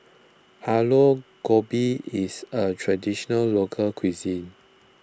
Aloo Gobi is a Traditional Local Cuisine